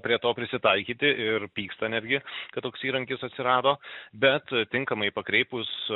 prie to prisitaikyti ir pyksta netgi kad toks įrankis atsirado bet tinkamai pakreipus